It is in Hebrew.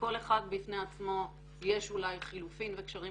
לכל אחד בפני עצמו יש אולי חילופין וקשרים